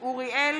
(קוראת בשמות חברי הכנסת) אוריאל